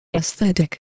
Aesthetic